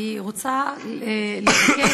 אני רוצה לבקש,